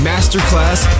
Masterclass